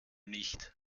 nicht